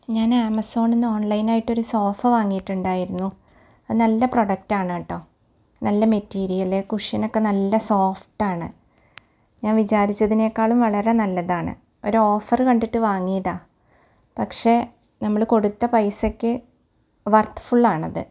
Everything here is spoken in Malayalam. ഞാന് ആമസോണിൽ നിന്ന് ഓൺലൈനായിട്ട് ഒരു സോഫ വാങ്ങിയിട്ടുണ്ടായിരുന്നു അത് നല്ല പ്രോഡക്ടാണ് കേട്ടൊ നല്ല മെറ്റീരിയല് കുഷ്യനക്കെ നല്ല സോഫ്റ്റാണ് ഞാൻ വിചാരിച്ചതിനെക്കാളും വളരെ നല്ലതാണ് ഒരോഫറ് കണ്ടിട്ട് വാങ്ങിയതാണ് പക്ഷെ നമ്മള് കൊടുത്ത പൈസയ്ക്ക് വർത്ത് ഫുള്ളാണത്